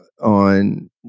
on